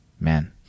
man